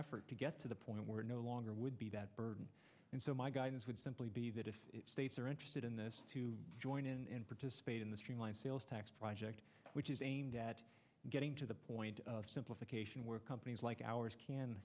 effort to get to the point where no longer would be that burden and so my guidance would simply be that if states are interested in this to join in and participate in the streamlined sales tax project which is aimed at getting to the point of simplification where companies like ours can